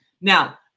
Now